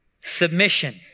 submission